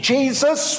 Jesus